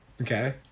Okay